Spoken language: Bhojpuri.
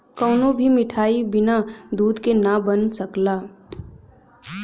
कवनो भी मिठाई बिना दूध के ना बन सकला